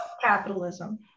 capitalism